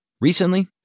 Recently